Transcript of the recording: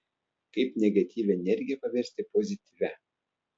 kaip negatyvią energiją paversti pozityvia